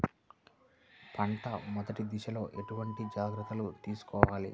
పంట మెదటి దశలో ఎటువంటి జాగ్రత్తలు తీసుకోవాలి?